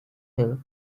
hill